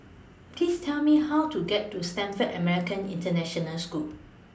Please Tell Me How to get to Stamford American International School